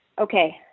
okay